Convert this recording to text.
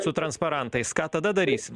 su transparantais ką tada darysim